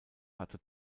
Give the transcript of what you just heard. hatte